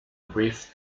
brief